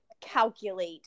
calculate